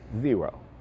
Zero